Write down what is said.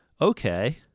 okay